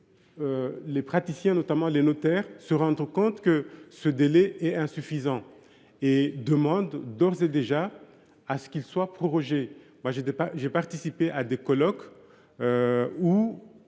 Les praticiens, notamment les notaires, se rendent compte que le délai fixé en 2018 est insuffisant et demandent d’ores et déjà qu’il soit prorogé. J’ai participé à des colloques où